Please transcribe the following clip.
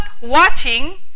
watching